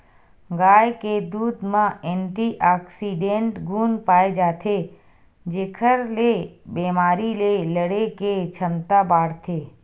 गाय के दूद म एंटीऑक्सीडेंट गुन पाए जाथे जेखर ले बेमारी ले लड़े के छमता बाड़थे